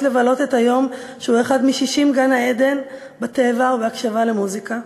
לבלות את היום שהוא אחד משישים גן-עדן בטבע או בהקשבה למוזיקה.